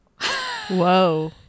Whoa